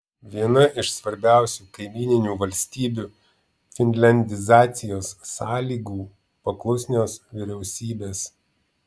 viena iš svarbiausių kaimyninių valstybių finliandizacijos sąlygų paklusnios vyriausybės